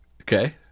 Okay